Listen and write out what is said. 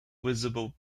visible